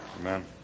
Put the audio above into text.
Amen